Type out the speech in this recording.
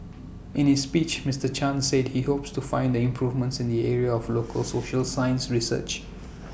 in his speech Mister chan said he hopes to find the improvements in the area of local social science research